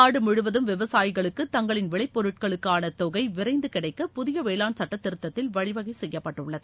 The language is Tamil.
நாடு முழுவதும் விவசாயிகளுக்கு தங்களின் விளைப்பொருட்களுக்கான தொகை விரைந்து கிடைக்க புதிய வேளாண் சுட்டத்திருத்தத்தில் வழிவகை செய்யப்பட்டுள்ளது